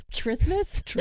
Christmas